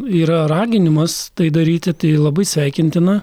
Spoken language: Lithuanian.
yra raginimas tai daryti tai labai sveikintina